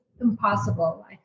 impossible